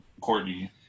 Courtney